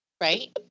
Right